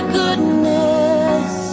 goodness